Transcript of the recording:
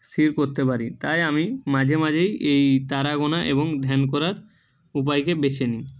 স্থির করতে পারি তাই আমি মাঝে মাঝেই এই তারা গোনা এবং ধ্যান করার উপায়কে বেছে নিই